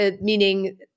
meaning –